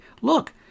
Look